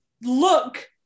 look